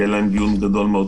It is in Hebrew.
יהיה להם דיון גדול מאוד,